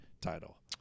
title